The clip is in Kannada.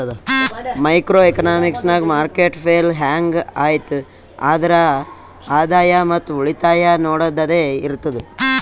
ಮೈಕ್ರೋ ಎಕನಾಮಿಕ್ಸ್ ನಾಗ್ ಮಾರ್ಕೆಟ್ ಫೇಲ್ ಹ್ಯಾಂಗ್ ಐಯ್ತ್ ಆದ್ರ ಆದಾಯ ಮತ್ ಉಳಿತಾಯ ನೊಡದ್ದದೆ ಇರ್ತುದ್